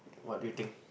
what do you think